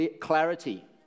clarity